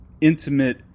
intimate